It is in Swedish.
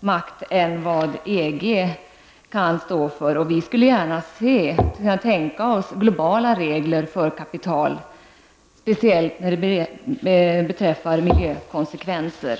makt än vad EG kan stå för. Vi skulle kunna tänka oss globala regler för kapital, speciellt vad beträffar miljökonsekvenser.